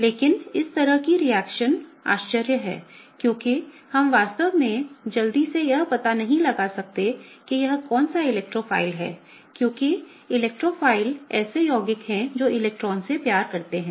लेकिन इस तरह की रिएक्शन आश्चर्य है क्योंकि हम वास्तव में जल्दी से यह पता नहीं लगा सकते हैं कि यहां कौन सा इलेक्ट्रोफाइल है क्योंकि इलेक्ट्रोफाइल ऐसे यौगिक हैं जो इलेक्ट्रॉन से प्यार करते हैं